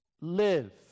live